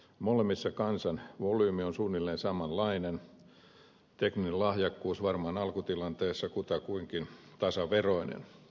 molemmissa kansan volyymi on suunnilleen samanlainen tekninen lahjakkuus varmaan alkutilanteessa kutakuinkin tasaveroinen